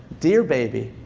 dear baby,